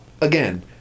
again